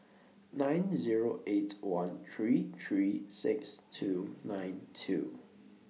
nine Zero eight one three three six two nine two